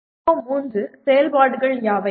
PO3 செயல்பாடுகள் யாவை